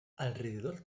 alrededor